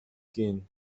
gehen